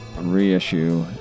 reissue